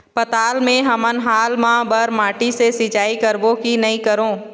पताल मे हमन हाल मा बर माटी से सिचाई करबो की नई करों?